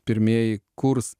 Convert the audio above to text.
pirmieji kurs